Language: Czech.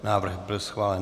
Návrh byl schválen.